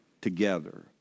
together